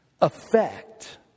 affect